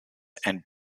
and